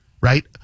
right